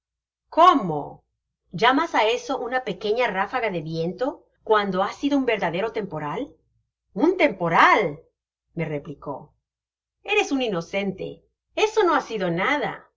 cómo llamas á eso una pequeña ráfaga de viento cuando ha sido un verdadero temporal un temporal me replicó eres un inocente eso no ha sido nada los